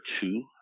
two